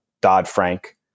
Dodd-Frank